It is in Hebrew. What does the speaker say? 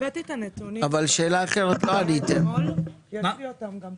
הבאתי את הנתונים, יש לי אותם גם פה.